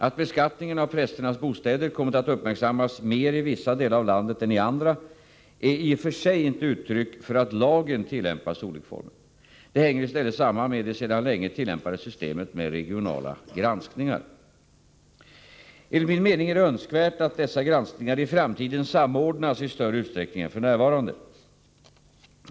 Att beskattningen av prästernas bostäder kommit att uppmärksammas mer i vissa delar av landet än i andra är i och för sig inte uttryck för att lagen tillämpas olikformigt. Det hänger i stället samman med det sedan länge tillämpade systemet med regionala granskningar. Enligt min mening är det önskvärt att dessa granskningar i framtiden samordnas i större utsträckning än f.n.